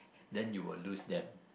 then you will lose them